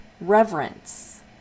reverence